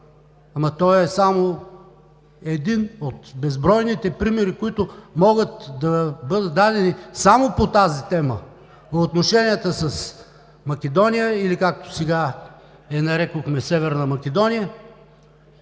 той е един от безбройните примери, които могат да бъдат дадени само по тази тема – отношенията с Македония или както сега я нарекохме Северна Македония.